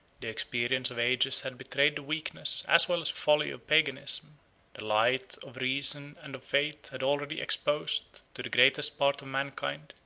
the experience of ages had betrayed the weakness, as well as folly, of paganism the light of reason and of faith had already exposed, to the greatest part of mankind,